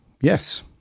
yes